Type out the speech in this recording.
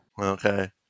okay